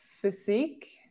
physique